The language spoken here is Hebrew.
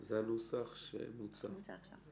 זה הנוסח שמוצע עכשיו.